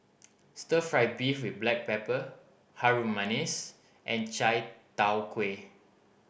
Stir Fry beef with black pepper Harum Manis and Chai Tow Kuay